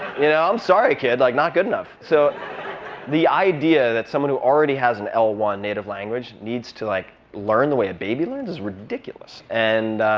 you know i'm sorry, kid. like not good enough. so the idea that someone who already has an l one native language needs to like learn the way a baby learns is ridiculous. and